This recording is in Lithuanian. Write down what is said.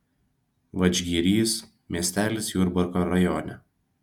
vadžgirys miestelis jurbarko rajone